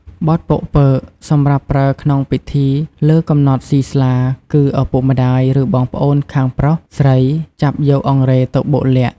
បទប៉ុកពើក សម្រាប់ប្រើក្នុងពិធីលើកំណត់សុីស្លាគឺឪពុកម្ដាយ ឬបងប្អូនខាងប្រុសស្រីចាប់យកអង្រែទៅបុកល័ក្ត។